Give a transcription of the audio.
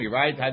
right